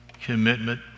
commitment